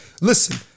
Listen